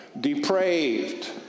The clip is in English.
depraved